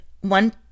one